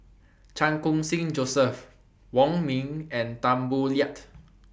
Chan Khun Sing Joseph Wong Ming and Tan Boo Liat